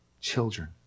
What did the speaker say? children